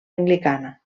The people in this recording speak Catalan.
anglicana